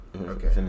Okay